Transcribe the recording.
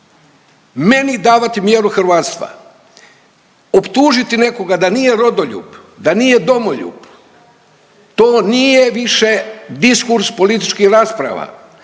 meni davati mjeru hrvatstva. Optužiti nekoga da nije rodoljub, da nije domoljub, to nije više diskurs političkih rasprava.